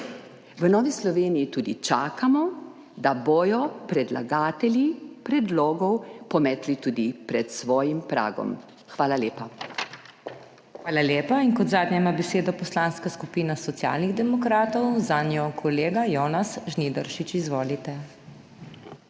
V Novi Sloveniji tudi čakamo, da bodo predlagatelji predlogov pometli tudi pred svojim pragom. Hvala lepa. PODPREDSEDNICA MAG. MEIRA HOT: Hvala lepa. In kot zadnja ima besedo Poslanska skupina Socialnih demokratov, zanjo kolega Jonas Žnidaršič. Izvolite.